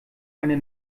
eine